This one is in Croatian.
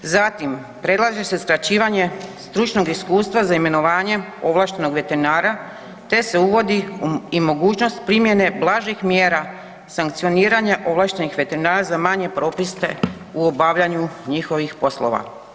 Zatim, predlaže se skraćivanje stručnog iskustva za imenovanje ovlaštenog veterinara, te se uvodi i mogućnost primjene blažih mjera sankcioniranja ovlaštenih veterinara za manje propuste u obavljanju njihovih poslova.